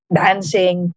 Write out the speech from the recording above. dancing